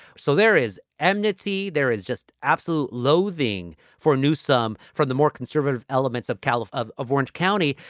so there is amnesty. there is just absolute loathing for new some from the more conservative elements of califf, of of orange county.